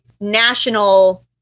national